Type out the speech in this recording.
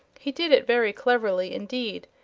he did it very cleverly, indeed,